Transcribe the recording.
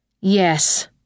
Yes